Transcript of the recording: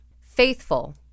Faithful